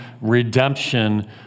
redemption